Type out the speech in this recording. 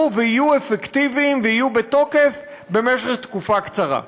ויהיו אפקטיביים ויהיו בתוקף במשך תקופה קצרה.